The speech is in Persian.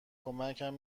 کمکم